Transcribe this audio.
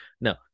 No